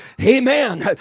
Amen